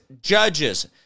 judges